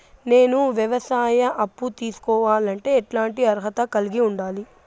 నేను వ్యవసాయ అప్పు తీసుకోవాలంటే ఎట్లాంటి అర్హత కలిగి ఉండాలి?